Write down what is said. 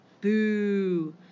Boo